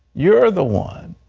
you are the one.